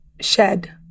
shed